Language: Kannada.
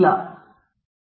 ಇತರ ಹಕ್ಕುಗಳು ಬಂದು ಹೋಗಬಹುದು